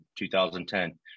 2010